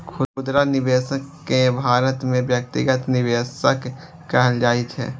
खुदरा निवेशक कें भारत मे व्यक्तिगत निवेशक कहल जाइ छै